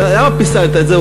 למה פיסלת את זה?